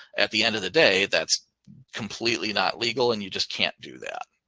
at the end of the day, that's completely not legal and you just can't do that.